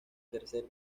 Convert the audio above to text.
tercer